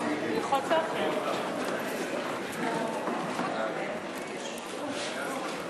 הצעת חוק שכר מינימום (העלאת סכומי שכר מינימום,